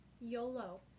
YOLO